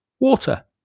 water